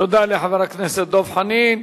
תודה לחבר הכנסת דב חנין.